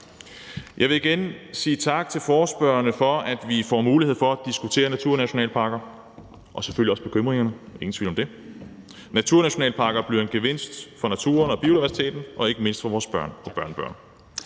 Jeg vil igen sige tak til forespørgerne for, at vi får mulighed for at diskutere naturnationalparker og selvfølgelig også bekymringerne, ingen tvivl om det. Naturnationalparker bliver en gevinst for naturen og biodiversiteten og ikke mindst for vores børn og børnebørn.